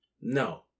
no